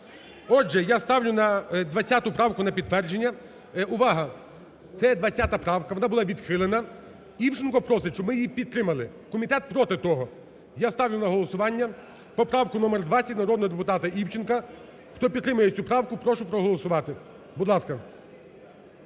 Отже, я ставлю 20 правку на підтвердження. Увага! Це 20 правка, вона була відхилена. Івченко просить, щоб ми її підтримали. Комітет проти того. Я ставлю на голосування поправку номер 20 народного депутата Івченка. Хто підтримує цю правку, прошу проголосувати. Будь ласка.